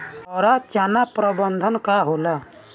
हरा चारा प्रबंधन का होला?